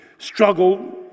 Struggle